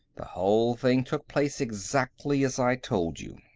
the whole thing took place exactly as i told you.